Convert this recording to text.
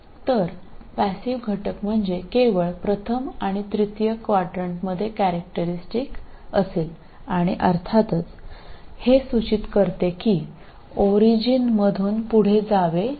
तर पॅसिव घटक म्हणजे केवळ प्रथम आणि तृतीय क्वाड्रंटमध्ये कॅरेक्टरीस्टिक असेल आणि अर्थातच हे सूचित करते की ओरिजिनमधून पुढे जावे लागेल